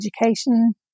education